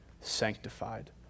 sanctified